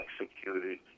executed